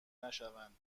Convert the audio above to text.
نشوند